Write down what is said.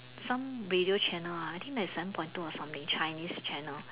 some radio channel ah I think ninety seven point two or something Chinese channel